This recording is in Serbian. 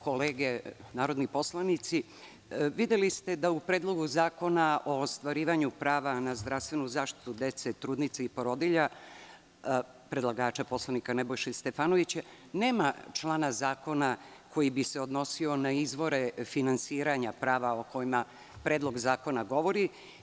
Kolege narodni poslanici, videli ste da u Predlogu zakona o ostvarivanju prava na zdravstvenu zaštitu dece, trudnica i porodilja predlagača poslanika Nebojše Stefanovića nema člana zakona koji bi se odnosio na izvore finansiranja prava o kojima Predlog zakona govori.